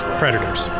predators